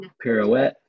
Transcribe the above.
pirouette